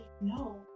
No